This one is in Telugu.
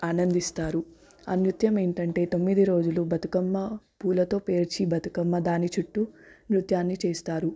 ఆనందిస్తారు ఆ నృత్యం ఏంటంటే తొమ్మిది రోజులూ బతుకమ్మ పూలతో పేర్చి బతుకమ్మ దాని చుట్టూ నృత్యాన్ని చేస్తారు